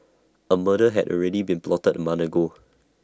A murder had already been plotted A month ago